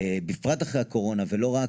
בפרט אחרי הקורונה ולא רק